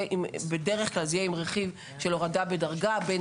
בדרך כלל זה יהיה עם רכיב של הורדה לדרגה בין